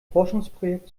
forschungsprojekt